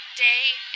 day